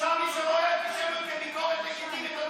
בושה מי שרואה, מדיניות.